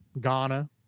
Ghana